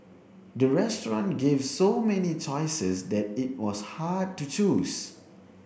the restaurant gave so many choices that it was hard to choose